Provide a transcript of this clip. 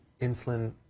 insulin